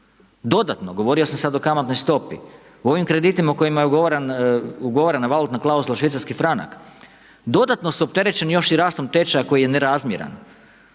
dodatno, govorio sam sad o kamatnoj stopi, u ovim kreditima u kojima je ugovarana valutna klauzula švicarski franak, dodatno su opterećeni još i rastom tečaja koji je nerazmjeran.